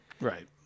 Right